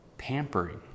pampering